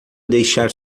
deixar